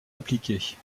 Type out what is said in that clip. appliquée